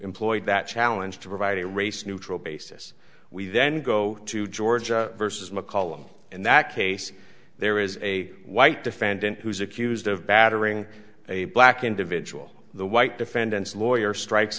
employed that challenge to provide a race neutral basis we then go to georgia versus mccollum in that case there is a white defendant who's accused of battering a black individual the white defendants lawyer strikes